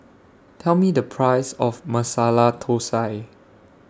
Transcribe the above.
Tell Me The Price of Masala Thosai